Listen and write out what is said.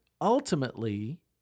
ultimately